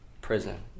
Prison